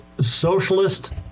socialist